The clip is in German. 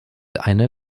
eine